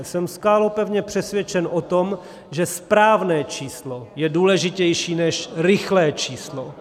Jsem skálopevně přesvědčen o tom, že správné číslo je důležitější než rychlé číslo.